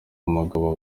umugabo